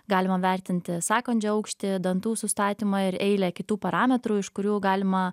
galima vertinti sąkandžio aukštį dantų sustatymą ir eilę kitų parametrų iš kurių galima